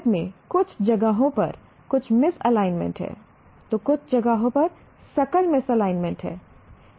भारत में कुछ जगहों पर कुछ मिसलिग्न्मेंट है तो कुछ जगहों पर सकल मिसलिग्न्मेंट है